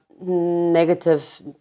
negative